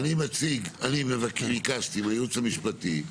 אני ביקשתי מהייעוץ המשפטי,